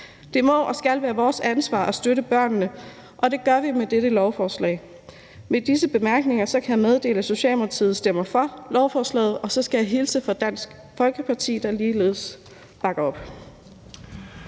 Det må og skal være vores ansvar at støtte børnene, og det gør vi med dette lovforslag. Med disse bemærkninger kan jeg meddele, at Socialdemokratiet stemmer for lovforslaget. Og så skal jeg hilse fra Dansk Folkeparti, der ligeledes bakker op.